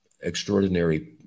Extraordinary